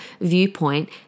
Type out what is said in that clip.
viewpoint